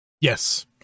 Yes